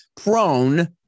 Prone